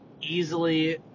easily